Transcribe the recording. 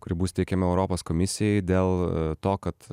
kuri bus teikiama europos komisijai dėl to kad